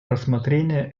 рассмотрения